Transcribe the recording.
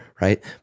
right